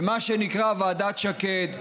במה שנקרא ועדת שקד,